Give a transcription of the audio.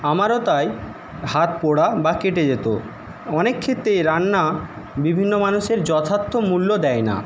আমারও তাই হাত পোড়া বা কেটে যেত অনেক ক্ষেত্রে রান্না বিভিন্ন মানুষের যথার্থ মূল্য দেয় না